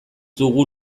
dugu